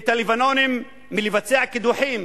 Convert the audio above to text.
את הלבנונים מלבצע קידוחים